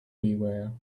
beware